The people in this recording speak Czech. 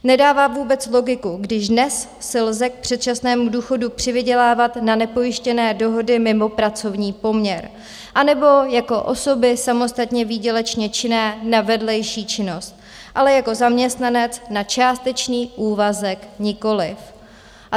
Nedává vůbec logiku, když dnes si lze k předčasnému důchodu přivydělávat na nepojištěné dohody mimo pracovní poměr anebo jako osoby samostatně výdělečně činné na vedlejší činnost, ale jako zaměstnanec na částečný úvazek nikoliv.